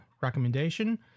recommendation